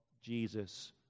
Jesus